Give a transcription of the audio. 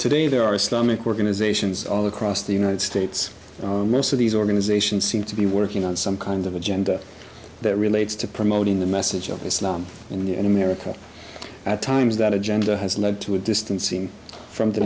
today there are stomach organizations all across the united states most of these organizations seem to be working on some kind of agenda that relates to promoting the message of islam in america at times that agenda has led to a distancing from the